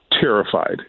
terrified